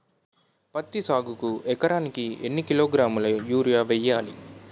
పత్తి సాగుకు ఎకరానికి ఎన్నికిలోగ్రాములా యూరియా వెయ్యాలి?